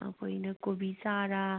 ꯑꯩꯈꯣꯏꯅ ꯀꯣꯕꯤ ꯆꯥꯔ